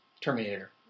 Terminator